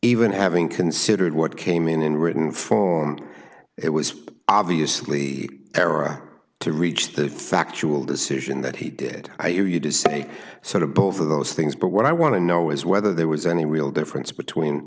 even having considered what came in in written form it was obviously error to reach the factual decision that he did i you to say sort of both of those things but what i want to know is whether there was any real difference between